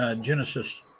Genesis